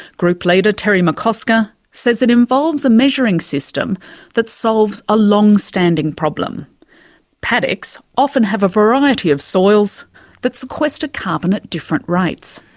group leader terry mccosker says it involves a measuring system that solves a long-standing problem paddocks often have a variety of soils that sequester carbon at different rates.